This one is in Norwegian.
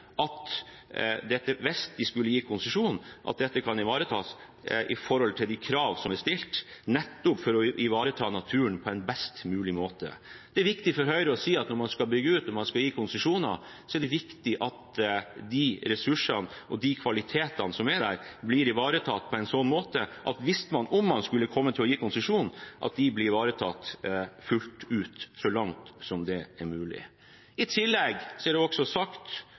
at dette kan ivaretas i forhold til de krav som er stilt, nettopp for å ivareta naturen på en best mulig måte. Det er viktig for Høyre når man skal bygge ut, når man skal gi konsesjoner, at de ressursene og de kvalitetene som er der, blir ivaretatt på en slik måte at om man skulle komme til å gi konsesjon, blir det ivaretatt fullt ut, så langt det er mulig. I tillegg er det også sagt